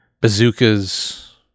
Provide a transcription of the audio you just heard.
bazookas